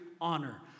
honor